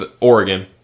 Oregon